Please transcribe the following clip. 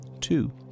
Two